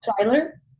trailer